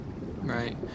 Right